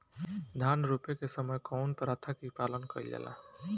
धान रोपे के समय कउन प्रथा की पालन कइल जाला?